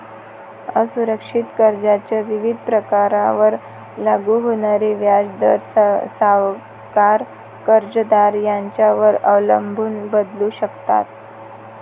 असुरक्षित कर्जाच्या विविध प्रकारांवर लागू होणारे व्याजदर सावकार, कर्जदार यांच्यावर अवलंबून बदलू शकतात